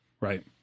right